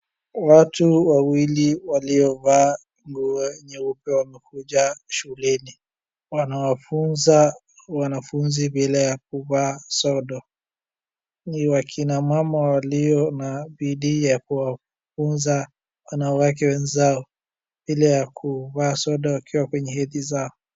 Watu wawili waliovaa nguo nyeupe wamekuja shuleni. Wanawafuza wanafuzi vile ya kuvaa sodo. Ni wakina mama walio na bidii ya kuwafuza wanawake wenzao vile ya kuvaa sodo wakiwa kwenye hedhi zao.